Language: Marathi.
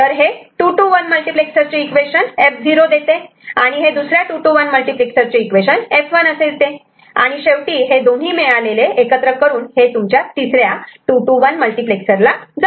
तर हे 2 to 1 मल्टिप्लेक्सरर्च इक्वेशन F0 देते आणि हे दुसऱ्या 2 to 1 मल्टिप्लेक्सरर्च इक्वेशन F1 असे येते आणि शेवटी हे दोन्ही मिळालेले एकत्र करून हे तुमच्या तिसऱ्या 2 to 1 मल्टिप्लेक्सरला जाते